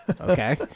Okay